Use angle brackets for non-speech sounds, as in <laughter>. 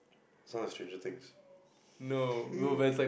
sounds like stranger things <laughs>